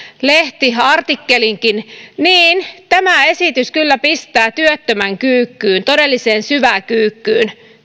lehtiartikkelinkin niin tämä esitys kyllä pistää työttömän kyykkyyn todelliseen syväkyykkyyn